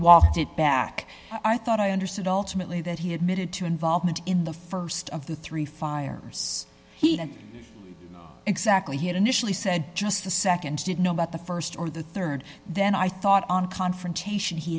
walked it back i thought i understood ultimately that he admitted to involvement in the st of the three fires he didn't exactly he had initially said just a nd didn't know about the st or the rd then i thought on confrontation he